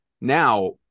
now